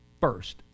first